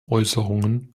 äußerungen